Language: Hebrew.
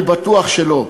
אני בטוח שלא.